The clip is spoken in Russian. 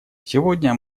сегодня